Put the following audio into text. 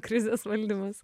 krizės valdymas